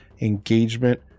Engagement